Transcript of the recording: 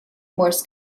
morse